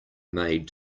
made